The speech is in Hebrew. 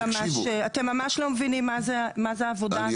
תקשיבו --- אתם ממש לא מבינים מה זו העבודה הזאת.